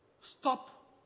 Stop